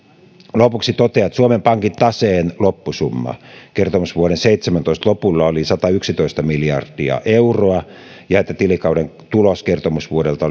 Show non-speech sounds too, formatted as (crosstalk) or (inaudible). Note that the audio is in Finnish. lopuksi totean että suomen pankin taseen loppusumma kertomusvuoden seitsemäntoista lopulla oli satayksitoista miljardia euroa ja että tilikauden tulos kertomusvuodelta (unintelligible)